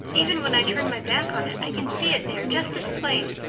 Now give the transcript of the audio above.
even when i turn my back on it i can see it there just as plain.